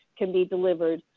can be delivered.